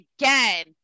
again